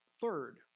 Third